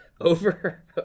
over